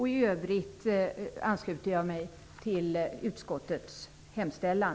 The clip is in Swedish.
I övrigt ansluter jag mig till utskottets hemställan.